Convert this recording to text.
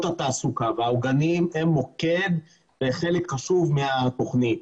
התעסוקה והעוגנים הם מוקד וחלק חשוב מהתכנית.